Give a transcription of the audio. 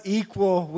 equal